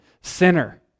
sinner